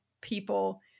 people